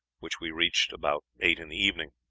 which we reached about eight in the evening.